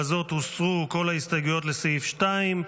בזאת הוסרו כל ההסתייגויות לסעיף 2,